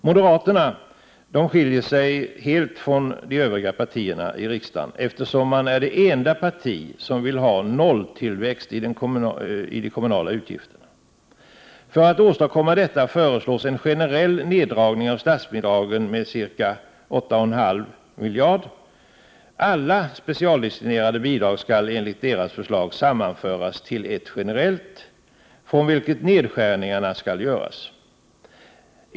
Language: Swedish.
Moderaterna skiljer sig helt från de övriga partierna i riksdagen därigenom att man är det enda parti som vill ha nolltillväxt i de kommunala utgifterna. För att åstadkomma detta föreslås en generell neddragning av statsbidragen med ca 8,5 miljarder. Alla specialdestinerade bidrag skall enligt förslaget sammanföras till ett generellt, från vilket nedskärningarna skall göras.